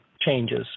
changes